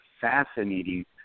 fascinating